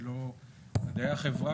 ולא מדעי החברה,